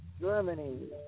Germany